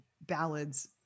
ballads